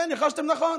כן, ניחשתם נכון.